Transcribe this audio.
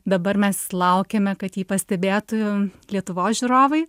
dabar mes laukiame kad jį pastebėtų lietuvos žiūrovai